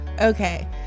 Okay